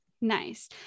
Nice